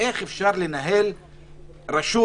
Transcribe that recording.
איך אפשר לנהל רשות?